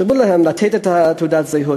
שילמו להם לתת את תעודות הזהות.